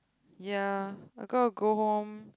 ya I'm gonna go home